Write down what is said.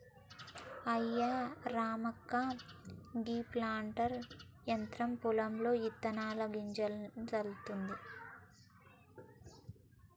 అయ్యా రామక్క గీ ప్లాంటర్ యంత్రం పొలంలో ఇత్తనాలను జల్లుతుంది